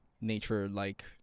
nature-like